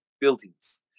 buildings